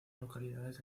localidades